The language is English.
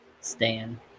Stan